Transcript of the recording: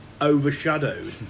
overshadowed